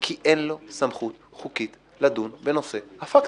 כי אין לו סמכות חוקית לדון בנושא הפקטור.